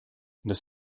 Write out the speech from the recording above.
das